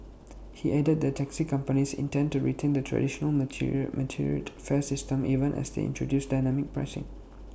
he added that taxi companies intend to retain the traditional metered fare system even as they introduce dynamic pricing